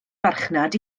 farchnad